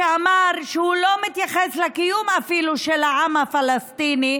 שאמר שהוא לא מתייחס אפילו לקיום של העם הפלסטיני,